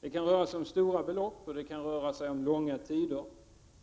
Det kan röra sig om stora belopp och långa handläggningstider.